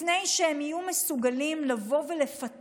לפני שהם יהיו מסוגלים לפטר